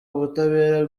ubutabera